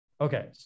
Okay